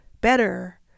better